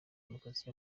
demokarasi